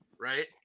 right